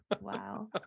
Wow